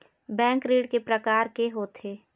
Bank ऋण के प्रकार के होथे?